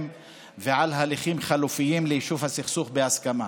ועל הליכים חלופיים ליישוב הסכסוך בהסכמה.